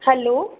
hello